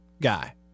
guy